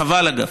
חבל, אגב.